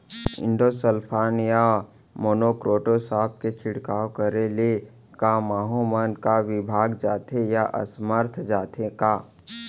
Endosulfan या monocrotophos के छिड़काव करे ले क माहो मन का विभाग जाथे या असमर्थ जाथे का?